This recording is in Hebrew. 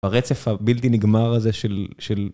הרצף הבלתי נגמר הזה של של...